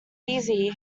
easy